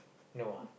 no ah